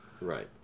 Right